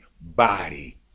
body